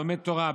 לומד תורה,